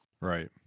Right